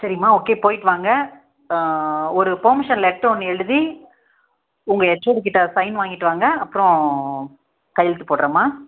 சரிங்மா ஓகே போயிட்டு வாங்க ஒரு பேர்மிஷன் லெட்ரு ஒன்று எழுதி உங்கள் ஹெச்ஓடி கிட்ட சைன் வாங்கிட்டு வாங்க அப்புறோம் கையெழுத்து போடுகிறேன்மா